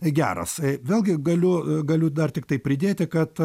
geras vėlgi galiu galiu dar tiktai pridėti kad